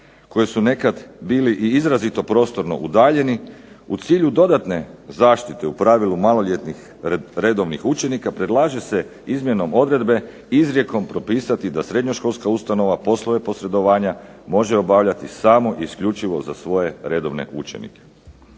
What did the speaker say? koji su nekada bili i izrazito prostorno udaljeni, u cilju dodatne zaštite u pravilu maloljetnih redovnih učenika, predlaže se izmjenom odredbe izrijekom propisati da srednjoškolska ustanova poslove posredovanja može obavljati samo isključivo za svoje redovne učenike.